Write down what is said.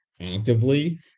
actively